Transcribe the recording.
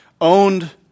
owned